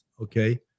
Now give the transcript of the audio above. okay